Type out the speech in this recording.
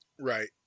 Right